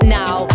now